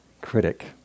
critic